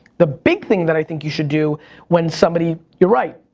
the big thing that i think you should do when somebody, your right,